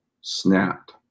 snapped